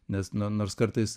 nes na nors kartais